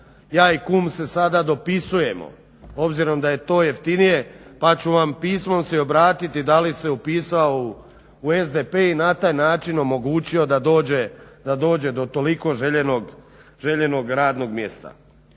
ja i kum se danas dopisujemo, obzirom da je to jeftinije, pa ću vam pismom se obratiti da li se upisao u SDP i na taj način omogućio da dođe do toliko željenog radnog mjesta.